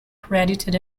credited